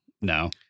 No